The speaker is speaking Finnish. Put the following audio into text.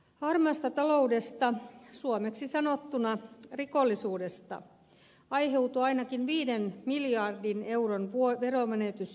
harmaasta taloudesta suomeksi sanottuna rikollisuudesta aiheutuu ainakin viiden miljardin euron veromenetys joka vuosi